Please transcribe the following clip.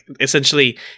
essentially